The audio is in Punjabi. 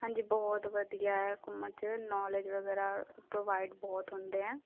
ਹਾਂਜੀ ਬਹੁਤ ਵਧੀਆ ਹੈ ਘੁੰਮਣ 'ਚ ਨੌਲੇਜ ਵਗੈਰਾ ਪ੍ਰੋਵਾਇਡ ਬਹੁਤ ਹੁੰਦੇ ਹੈ